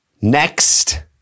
next